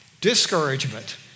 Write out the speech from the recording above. Discouragement